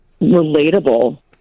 relatable